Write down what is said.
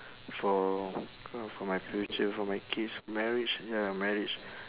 for uh for my future for my kids marriage ya marriage